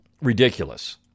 ridiculous